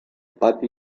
pati